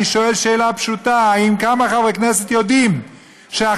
אני שואל שאלה פשוטה: כמה חברי כנסת יודעים שעכשיו